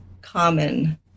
common